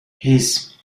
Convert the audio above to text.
هیس